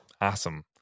Awesome